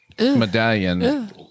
medallion